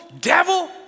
Devil